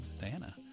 diana